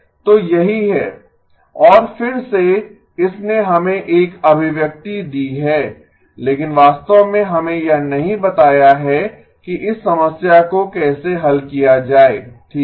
तो यही है और फिर से इसने हमें एक अभिव्यक्ति दी है लेकिन वास्तव में हमें यह नहीं बताया है कि इस समस्या को कैसे हल किया जाए ठीक है